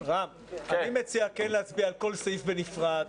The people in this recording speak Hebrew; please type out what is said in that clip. אני מציע כן להצביע על כל סעיף בנפרד,